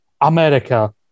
America